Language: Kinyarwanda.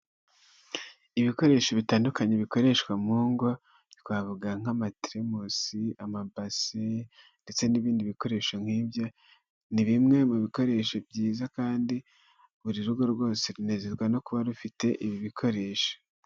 Ibikoresho bitandukanye bikoreshwa mu ngo twavuga nk'amateremusi, amabasi, ndetse n'ibindi bikoresho nk'ibyo ni bimwe mu bikoresho byiza kandi buri rugo rwose runezezwa no kuba rufite ibi bikoresho.